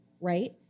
right